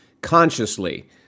consciously